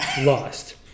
lost